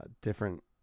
different